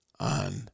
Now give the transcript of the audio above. on